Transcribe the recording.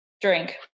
Drink